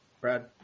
Brad